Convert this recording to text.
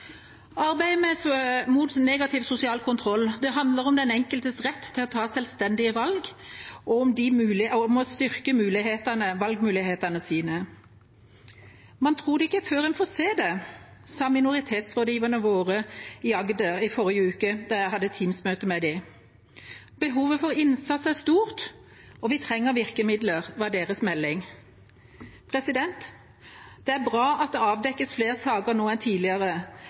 Arbeidet mot negativ sosial kontroll handler om den enkeltes rett til å ta selvstendige valg, og om å styrke valgmulighetene sine. Man tror det ikke før man får se det, sa minoritetsrådgiverne våre i Agder i forrige uke, da jeg hadde Teams-møte med dem. Behovet for innsats er stort, og vi trenger virkemidler, var deres melding. Det er bra at det avdekkes flere saker nå enn tidligere,